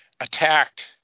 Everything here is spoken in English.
attacked